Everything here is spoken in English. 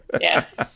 Yes